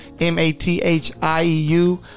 M-A-T-H-I-E-U